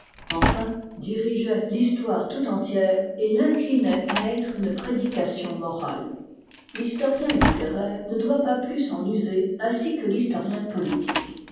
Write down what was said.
enfin dirigeait l'histoire tout entière et l'inclinait à être une prédication morale l'historien littéraire ne doit pas plus en user ainsi que l'historien politique